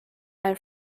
and